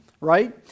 right